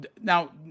now